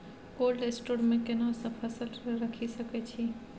Cold store मे केना सब फसल रखि सकय छी?